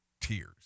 tears